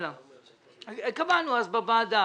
קבענו אז בוועדה,